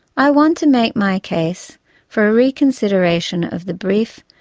i want to make my case for a reconsideration of the brief,